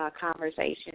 Conversation